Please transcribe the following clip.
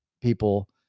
people